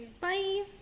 Bye